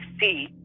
see